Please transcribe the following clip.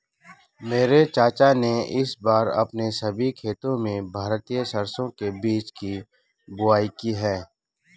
मेरे चाचा ने इस बार अपने सभी खेतों में भारतीय सरसों के बीज की बुवाई की है